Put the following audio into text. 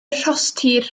rhostir